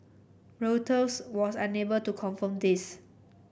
Reuters was unable to confirm this